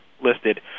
listed